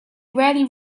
rarely